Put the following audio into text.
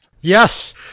Yes